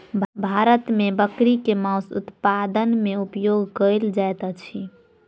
भारत मे बकरी के मौस उत्पादन मे उपयोग कयल जाइत अछि